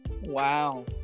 Wow